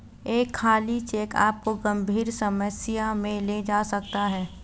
एक खाली चेक आपको गंभीर समस्या में ले जा सकता है